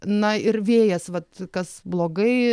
na ir vėjas vat kas blogai